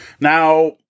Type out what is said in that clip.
Now